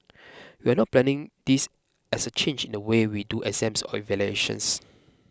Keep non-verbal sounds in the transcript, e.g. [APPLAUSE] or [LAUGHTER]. [NOISE] we are not planning this as a change in the way we do exams or evaluations